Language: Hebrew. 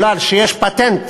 כי יש פטנט